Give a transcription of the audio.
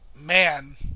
man